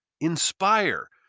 inspire